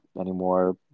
Anymore